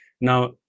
now